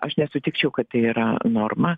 aš nesutikčiau kad tai yra norma